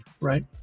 Right